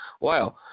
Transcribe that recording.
Wow